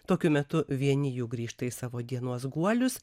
tokiu metu vieni jų grįžta į savo dienos guolius